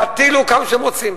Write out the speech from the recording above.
תטילו כמה שאתם רוצים.